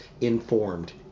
informed